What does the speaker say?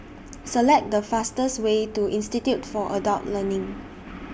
Select The fastest Way to Institute For Adult Learning